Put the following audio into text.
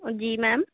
जी ma'am